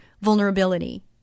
vulnerability